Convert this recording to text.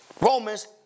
Romans